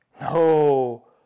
no